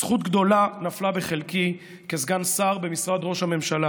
זכות גדולה נפלה בחלקי כסגן שר במשרד ראש הממשלה